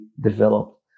develop